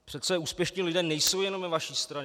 Přece úspěšní lidé nejsou jenom ve vaší straně.